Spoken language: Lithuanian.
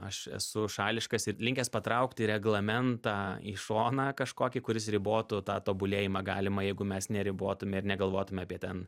aš esu šališkas ir linkęs patraukti reglamentą į šoną kažkokį kuris ribotų tą tobulėjimą galimą jeigu mes neribotume ir negalvotume apie ten